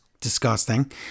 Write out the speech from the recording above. disgusting